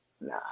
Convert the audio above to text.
nah